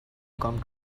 come